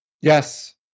Yes